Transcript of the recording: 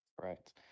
right